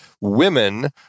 women